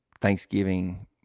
Thanksgiving